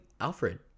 Alfred